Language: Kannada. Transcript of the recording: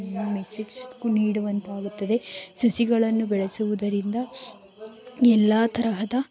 ಮೆಸೇಜ್ ನೀಡುವಂತಾಗುತ್ತದೆ ಸಸಿಗಳನ್ನು ಬೆಳೆಸೋದರಿಂದ ಎಲ್ಲ ತರಹದ